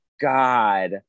god